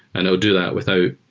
and i would do that without